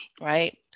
right